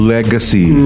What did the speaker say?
Legacy